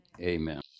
amen